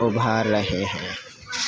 ابھار رہے ہیں